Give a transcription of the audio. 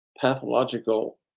pathological